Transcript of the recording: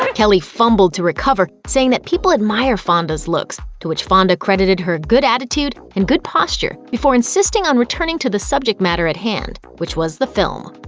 um kelly fumbled to recover, saying that people admire fonda's looks, to which fonda credited her good attitude and good posture before insisting on returning to the subject matter at hand, which was the film.